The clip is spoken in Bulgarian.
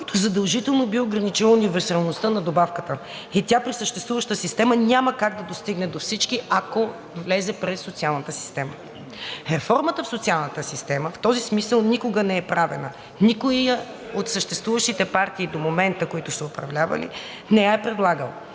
задължително биха ограничили универсалността на добавката и при съществуващата система тя няма как да достигне до всички, ако влезе през социалната система. Реформата в социалната система в този смисъл никога не е правена. Никоя от съществуващите партии до момента, които са управлявали, не я е предлагала